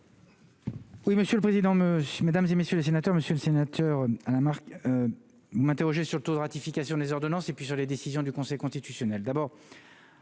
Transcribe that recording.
Oui, monsieur le président Monsieur mesdames et messieurs les sénateurs, Monsieur le Sénateur, à la marque, vous m'interrogez sur le taux de ratification des ordonnances et puis sur les décisions du Conseil constitutionnel